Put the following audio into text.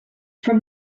from